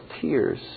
tears